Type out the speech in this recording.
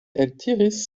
eltiris